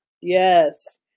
Yes